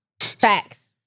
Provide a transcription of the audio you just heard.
Facts